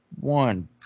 One